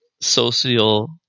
social –